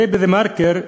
הרי ב"דה-מרקר",